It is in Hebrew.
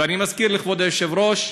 ואני מזכיר לכבוד היושב-ראש,